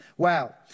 Wow